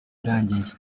irangiye